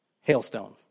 Hailstone